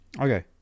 Okay